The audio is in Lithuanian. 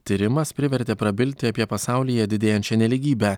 tyrimas privertė prabilti apie pasaulyje didėjančią nelygybę